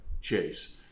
Chase